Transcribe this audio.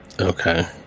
Okay